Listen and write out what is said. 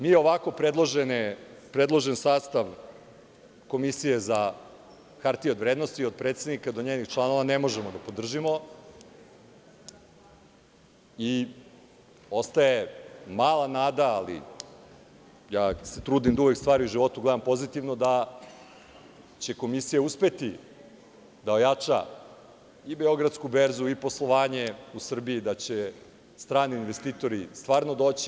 Mi ovako predložen sastav Komisije za hartije od vrednosti, od predsednika do njenih članova, ne možemo da podržimo i ostaje mala nada, ali ja se trudim da uvek stvari u životu gledam pozitivno, da će Komisija uspeti da ojača i Beogradsku berzu i poslovanje u Srbiji, da će strani investitori stvarno doći.